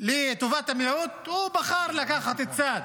לטובת המיעוט, הוא בחר לקחת צד